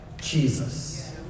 Jesus